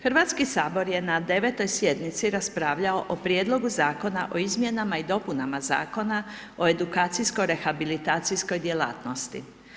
Hrvatski sabor je na devetoj sjednici raspravljao o prijedlogu Zakona o izmjenama i dopunama Zakona o edukacijsko-rehabilitacijskoj djelatnosti.